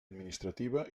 administrativa